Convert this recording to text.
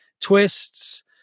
Twists